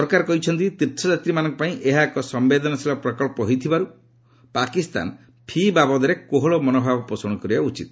ସରକାର କହିଛନ୍ତି ତୀର୍ଥଯାତ୍ରୀମାନଙ୍କ ପାଇଁ ଏହା ଏକ ସମ୍ଭେଦନଶୀଳ ପ୍ରକଳ୍ପ ହୋଇଥିବାରୁ ପାକିସ୍ତାନ ଫି ବାବଦରେ କୋହଳ ମନୋଭାବ ପୋଷଣ କରିବା ଉଚିତ